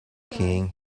king